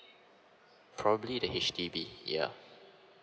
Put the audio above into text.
err probably the H_D_B yup